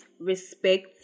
respect